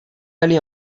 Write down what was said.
allés